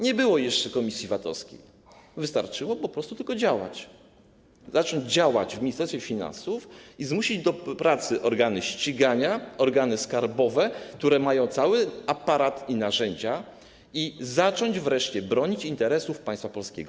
Nie było jeszcze komisji VAT-owskiej, wystarczyło tylko po prostu zacząć działać w Ministerstwie Finansów i zmusić do pracy organy ścigania, organy skarbowe, które mają cały aparat i narzędzia, zacząć wreszcie bronić interesów państwa polskiego.